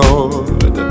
Lord